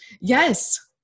Yes